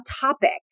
topic